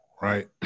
right